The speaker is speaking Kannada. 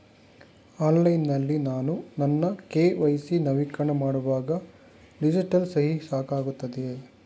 ಆನ್ಲೈನ್ ನಲ್ಲಿ ನಾನು ನನ್ನ ಕೆ.ವೈ.ಸಿ ನವೀಕರಣ ಮಾಡುವಾಗ ಡಿಜಿಟಲ್ ಸಹಿ ಸಾಕಾಗುತ್ತದೆಯೇ?